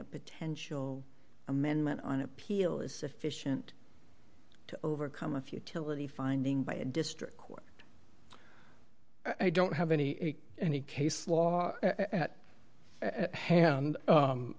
a potential amendment on appeal is sufficient to overcome a futility finding by a district court i don't have any any case law at hand